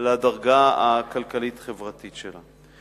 לדרגה הכלכלית-חברתית שלה.